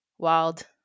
wild